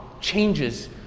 changes